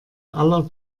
aller